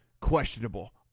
questionable